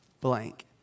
Blank